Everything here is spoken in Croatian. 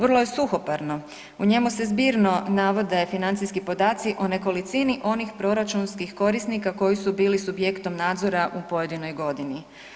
Vrlo je suhoparno, u njemu se zbirno navode financijski podaci o nekolicini onih proračunskih korisnika koji su bili subjektom nadzora u pojedinoj godini.